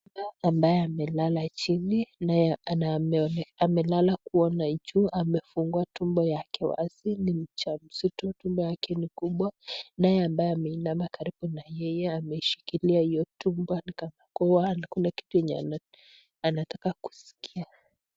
Kuna kijana ambaye amelala chini naye ameonekana amelala kuona juu. Amefungua tumbo yake wazi ni mjamzito. Tumboyake ni kubwa naye ambaye ameinama karibu na yeye ameishikilia hiyo tumbo ni kama kuna kitu yenye anataka kusikia.